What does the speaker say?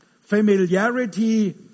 familiarity